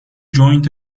joined